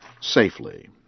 safely